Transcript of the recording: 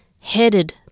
headed